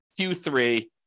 Q3